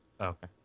Okay